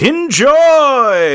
Enjoy